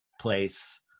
place